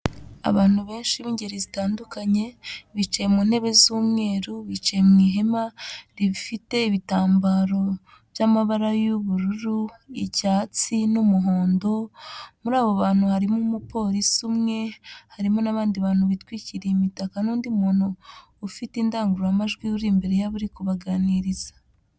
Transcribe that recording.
Abantu benshi b'ingeri zitandukanye, bicaye mu ntebe z'umweru, bicaye mu ihema rifite ibitambaro by'amabara y'ubururu, icyatsi n'umuhondo, muri abo bantu harimo umupolisi umwe, harimo n'abandi bantu bitwikiriye imitaka n'undi muntu ufite indangururamajwi uri imbere yabo uri kubaganiriza.